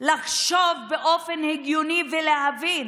לחשוב באופן הגיוני ולהבין